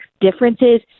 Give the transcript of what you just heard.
differences